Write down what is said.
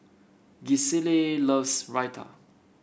Gisselle loves Raita